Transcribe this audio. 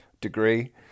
degree